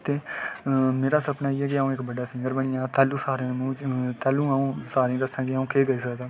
ते मेरा सपना एह् ऐ कि अ'ऊं इक बड्डा सिंगर बनी जां तैह्लूं तैह्लूं अ'ऊं सारें गी दस्सां कि अ'ऊं केह् करी सकना